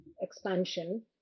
expansion